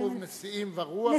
כתוב: נשיאים ורוח וגשם אין.